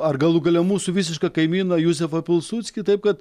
ar galų gale mūsų visišką kaimyną juzefą pilsudskį taip kad